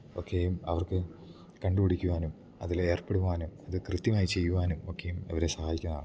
ഒക്കെയും അവർക്ക് കണ്ടുപിടിക്കുവാനും അതിൽ ഏർപ്പെടുവാനും അത് കൃത്യമായി ചെയ്യുവാനും ഒക്കെയും അവരെ സഹായിക്കുകയാണ്